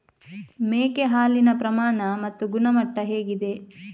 ಮೇಕೆ ಹಾಲಿನ ಪ್ರಮಾಣ ಮತ್ತು ಗುಣಮಟ್ಟ ಹೇಗಿದೆ?